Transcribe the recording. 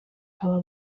aba